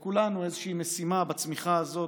לכולנו, איזושהי משימה בצמיחה הזאת,